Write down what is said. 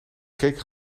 cake